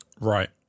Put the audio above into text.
right